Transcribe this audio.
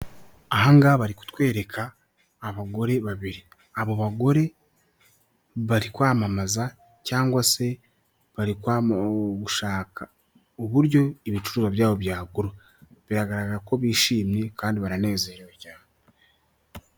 Aha ngaha bari kutwereka abagore babiri, abo bagore bari kwamamaza cyangwa se barikwa mu gushaka uburyo ibicuruzwa byabo byagura biragaragara ko bishimye kandi baranezerewe cyane .